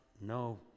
no